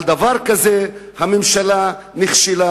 בדבר הזה הממשלה נכשלה,